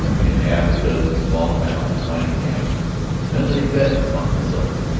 in half a dozen small towns and mining-camps men laid bets upon the result.